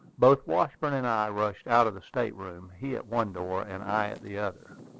both washburn and i rushed out of the state-room, he at one door, and i at the other.